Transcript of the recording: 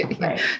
Right